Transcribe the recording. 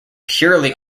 purely